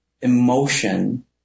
emotion